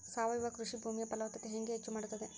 ಸಾವಯವ ಕೃಷಿ ಭೂಮಿಯ ಫಲವತ್ತತೆ ಹೆಂಗೆ ಹೆಚ್ಚು ಮಾಡುತ್ತದೆ?